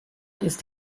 ist